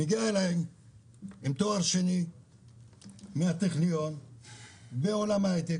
מגיעה אליי מישהי עם תואר שני מהטכניון מעולם ההייטק.